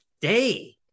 day